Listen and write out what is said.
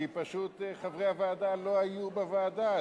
כי פשוט חברי הוועדה לא היו בוועדה,